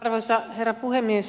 arvoisa herra puhemies